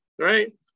right